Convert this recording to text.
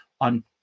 on